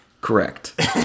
Correct